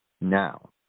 Now